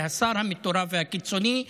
והשר המטורף והקיצוני,